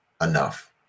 enough